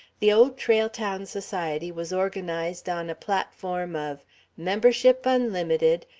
the old trail town society was organized on a platform of membership unlimited,